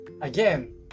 again